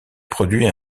produit